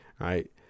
Right